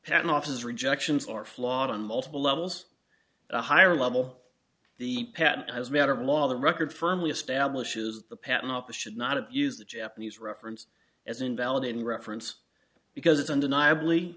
patent offices rejections are flawed on multiple levels the higher level the patent i was matter of law the record firmly establishes the patent office should not abuse the japanese reference as invalidating reference because it's undeniably